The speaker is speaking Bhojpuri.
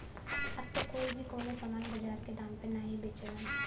अब त कोई भी कउनो सामान बाजार के दाम पे नाहीं बेचलन